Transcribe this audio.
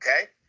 Okay